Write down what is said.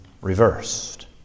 reversed